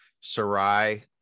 Sarai